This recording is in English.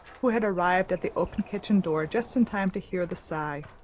who had arrived at the open kitchen door just in time to hear the sigh.